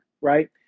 right